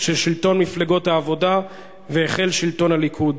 של שלטון מפלגות העבודה והחל שלטון הליכוד.